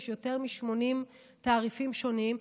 יש יותר מ-80 תעריפים שונים.